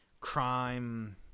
crime